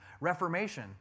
Reformation